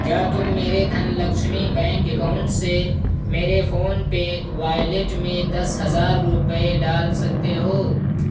کیا تم میرے دھن لکشمی بینک اکاؤنٹ سے میرے فون پے وائلیٹ میں دس ہزار روپے ڈال سکتے ہو